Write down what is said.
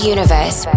Universe